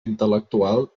intel·lectual